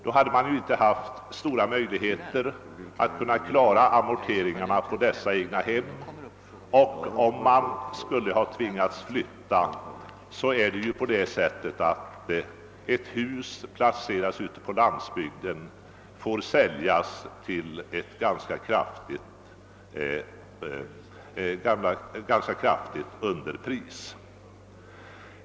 Det hade då inte funnits stora möjligheter att klara amorteringarna, och hus ute på landsbygden som måste säljas får säljas till ett verkligt underpris.